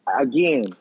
again